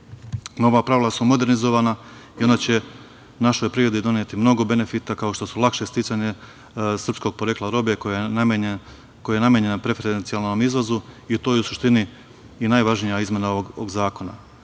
pravila su modernizovana i ona će našoj privredi doneti mnogo benefita, kao što su lakše sticanje srpskog porekla robe koja je namenjena preferencijalnom izvozu i u toj suštini i najvažnija izmena ovog zakona,